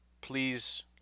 please